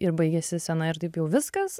ir baigiasi scena ir taip jau viskas